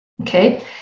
okay